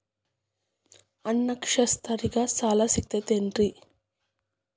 ಅನಕ್ಷರಸ್ಥರಿಗ ಸಾಲ ಸಿಗತೈತೇನ್ರಿ?